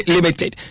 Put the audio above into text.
Limited